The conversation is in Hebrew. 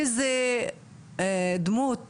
איזה דמות